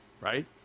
Right